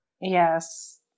yes